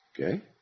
Okay